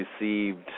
received